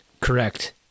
correct